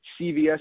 CVS